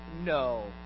no